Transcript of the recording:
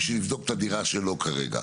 בשביל לבדוק את הדירה שלו כרגע.